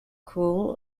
cruel